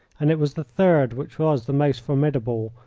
and it was the third, which was the most formidable,